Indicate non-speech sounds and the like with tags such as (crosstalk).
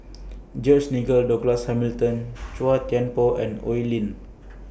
George Nigel Douglas Hamilton (noise) Chua Thian Poh and Oi Lin